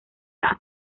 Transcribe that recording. caso